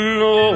no